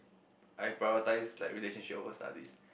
I prioritised like relationship over studies